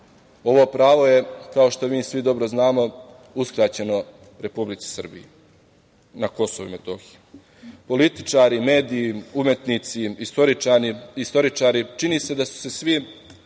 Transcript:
Ovo pravo je, kao što mi svi dobro znamo, uskraćeno Republici Srbiji na KiM. Političari, mediji, umetnici, istoričari, čini se da su se svi